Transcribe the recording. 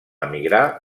emigrar